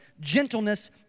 gentleness